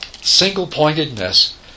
single-pointedness